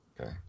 okay